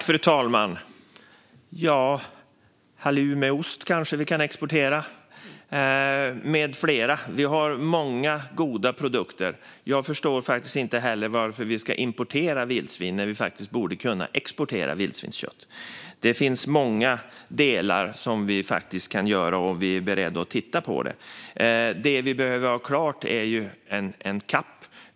Fru talman! Vi kanske kan exportera Hallume med mera. Vi har många goda produkter. Jag förstår inte heller varför vi ska importera vildsvin när vi faktiskt borde kunna exportera vildsvinskött. Det finns mycket vi kan göra om vi är beredda att titta på det. Det vi behöver ha klart är CAP:en.